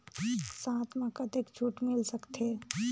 साथ म कतेक छूट मिल सकथे?